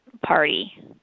party